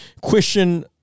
question